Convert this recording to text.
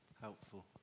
helpful